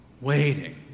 Waiting